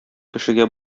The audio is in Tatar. кешегә